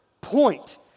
point